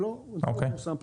אבל זה לא מפורסם פשוט.